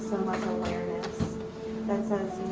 so much awareness that says